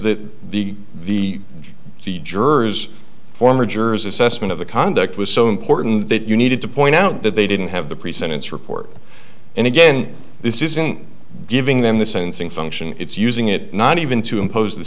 that the the the jurors former jurors assessment of the conduct was so important that you needed to point out that they didn't have the pre sentence report and again this isn't giving them the sentencing function it's using it not even to impose the